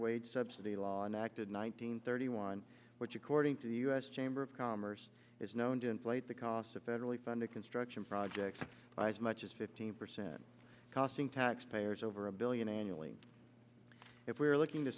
wage subsidy law and acted nine hundred thirty one which according to the u s chamber of commerce is known to inflate the cost of federally funded construction projects as much as fifteen percent costing taxpayers over a billion annually if we're looking to